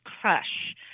crush